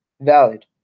Valid